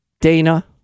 Dana